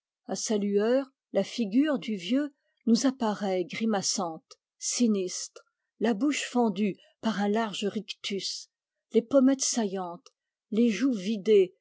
a sa lueur la figure du vieux nous apparaît grimaçante sinistre la bouche fendue par un large rictus les pommettes saillantes les joues vidées